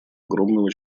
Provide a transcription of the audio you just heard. огромного